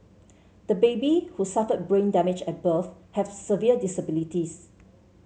the baby who suffered brain damage at birth has severe disabilities